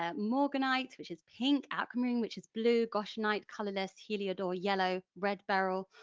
ah morganite which is pink, aquamarine which is blue, goshenite colourless, heliodor yellow, red beryl.